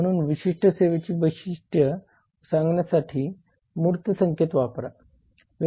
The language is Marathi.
म्हणून विशिष्ट सेवेची वैशिष्ट्ये सांगण्यासाठी मूर्त संकेत वापरा